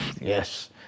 Yes